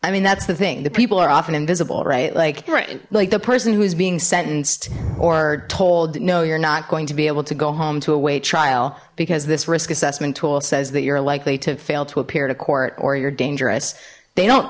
i mean that's the thing the people are often invisible right like right like the person who is being sentenced or told no you're not going to be able to go home to await trial because this risk assessment tool says that you're likely to fail to appear to court or you're dangerous they don't